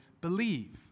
believe